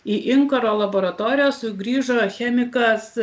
į inkaro laboratoriją sugrįžo chemikas